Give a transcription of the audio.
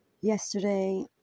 Yesterday